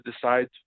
decide